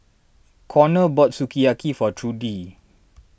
Konnor bought Sukiyaki for Trudi